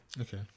Okay